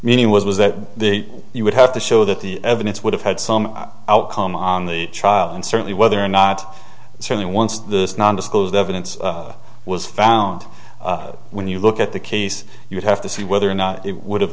meaning was that the you would have to show that the evidence would have had some outcome on the trial and certainly whether or not certainly once this nanda schools evidence was found when you look at the case you'd have to see whether or not it would have